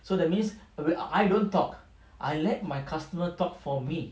so that means I don't talk I let my customer talk for me